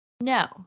No